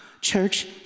Church